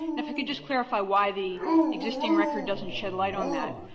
and if i could just clarify why the existing record doesn't shed light on that.